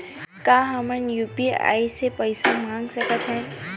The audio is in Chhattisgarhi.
का हमन ह यू.पी.आई ले पईसा मंगा सकत हन?